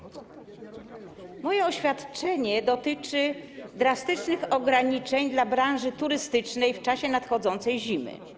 Moje oświadczenie dotyczy drastycznych ograniczeń dla branży turystycznej w czasie nadchodzącej zimy.